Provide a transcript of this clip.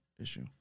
issue